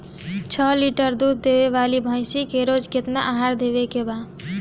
छह लीटर दूध देवे वाली भैंस के रोज केतना आहार देवे के बा?